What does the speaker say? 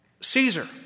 Caesar